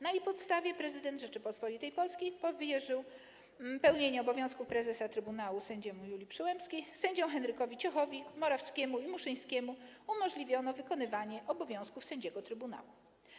Na jej podstawie prezydent Rzeczypospolitej Polskiej powierzył pełnienie obowiązków prezesa trybunału sędzi Julii Przyłębskiej, sędziom Henrykowi Ciochowi, Morawskiemu i Muszyńskiemu umożliwiono wykonywanie obowiązków sędziego trybunału.